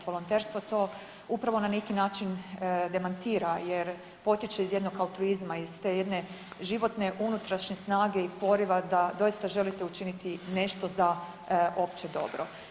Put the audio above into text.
Volonterstvo to upravo na neki način demantira jer potječe iz jednog altruizma, iz te jedne životne unutrašnje snage i poriva da doista želite učiniti nešto za opće dobro.